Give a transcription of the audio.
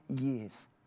years